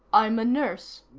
i'm a nurse,